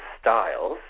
styles